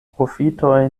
profitoj